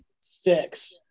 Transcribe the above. six